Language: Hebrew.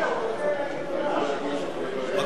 התשע"א 2011,